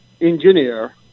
engineer